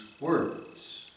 words